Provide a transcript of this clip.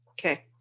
Okay